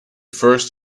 first